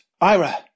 Ira